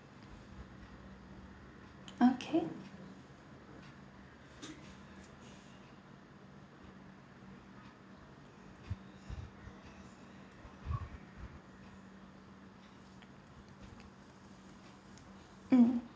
okay um